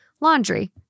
Laundry